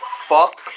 Fuck